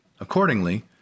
Accordingly